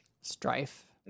strife